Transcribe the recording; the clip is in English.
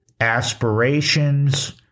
aspirations